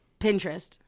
Pinterest